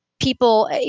people